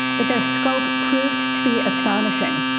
but their scope proved to be astonishing.